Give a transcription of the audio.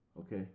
okay